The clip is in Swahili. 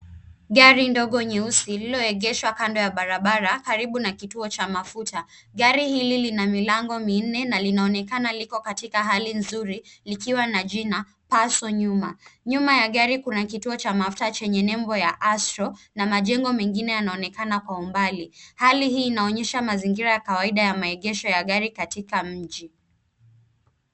Gari ndogo nyeusi lililoegeshwa kando ya barabara karibu na kituo cha mafuta. Gari hili lina maringo minne na linaonekana liko katika hali nzuri likiwa na jina passo nyuma. Nyuma ya gari kuna kituo cha mafuta chenye nembo ya astrol na majengo mengine yanaonekana kwa umbali. Hali hii inaonyesha mazingira ya kawaida ya maegesho ya gari katika mji.